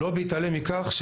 לא בהתעלם מכך,